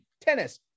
tennis